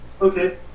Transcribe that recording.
Okay